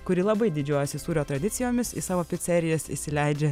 kuri labai didžiuojasi sūrio tradicijomis į savo picerijas įsileidžia